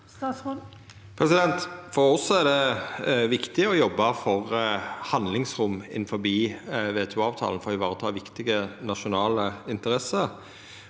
For oss er det viktig å jobba for handlingsrom innanfor WTO-avtalen for å vareta viktige nasjonale interesser.